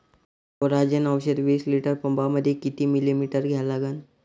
Coragen औषध विस litre पंपामंदी किती मिलीमिटर घ्या लागन?